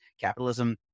capitalism